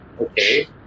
Okay